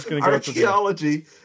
Archaeology